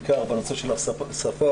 בעיקר בנושא של השפה,